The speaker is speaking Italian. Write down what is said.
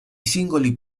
singoli